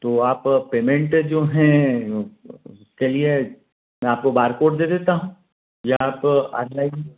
तो आप पेमेंट जो हैं कहिए मैं आपको बारकोड दे देता हूँ या आप आनलाइन